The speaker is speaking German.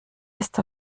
ist